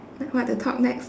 what to talk next